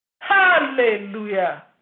Hallelujah